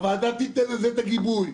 הוועדה תיתן לזה את הגיבוי.